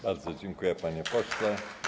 Bardzo dziękuję, panie pośle.